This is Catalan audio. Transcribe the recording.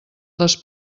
les